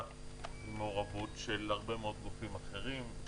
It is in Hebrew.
עם מעורבות של הרבה מאוד גופים אחרים.